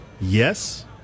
Yes